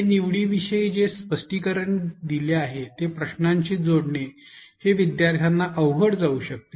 हे निवडींविषयी जे स्पष्टीकरण दिले आहे ते प्रश्नांशी जोडणे हे विद्यार्थ्यांना अवघड जाऊ शकते